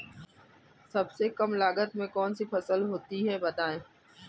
सबसे कम लागत में कौन सी फसल होती है बताएँ?